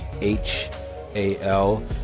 h-a-l